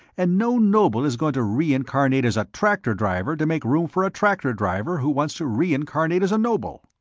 and no noble is going to reincarnate as a tractor driver to make room for a tractor driver who wants to reincarnate as a noble.